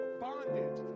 bondage